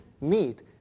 need